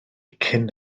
cyn